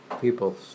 people